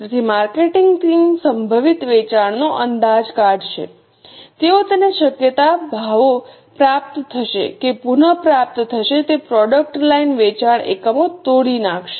તેથી marketing team સંભવિત વેચાણનો અંદાજ કાડશે તેઓ તેને શક્યતા ભાવો પ્રાપ્ત થશે કે પુન પ્રાપ્ત થશે તે પ્રોડક્ટ લાઇન વેચાણ એકમોમાં તોડી નાખશે